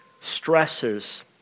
stresses